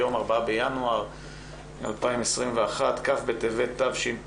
היום ה-4 בינואר 2021, כ' בטבת התשפ"א.